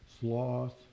sloth